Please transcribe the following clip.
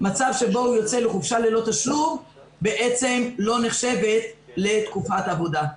מצב שבו הוא יוצא לחופשה ללא תשלום בעצם לא נחשב לתקופת עבודה.